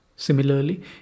Similarly